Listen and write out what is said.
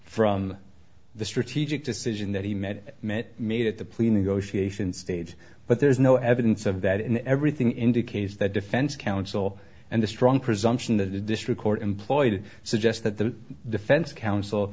from the strategic decision that he met met made at the plea negotiation stage but there's no evidence of that and everything indicates that defense counsel and the strong presumption that the district court employed suggests that the defense counsel